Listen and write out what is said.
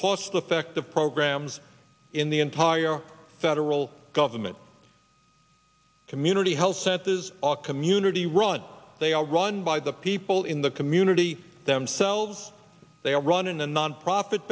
cost effective programs in the entire federal government community health centers are community run they are run by the people in the community themselves they are run in a nonprofit